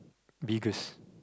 biggest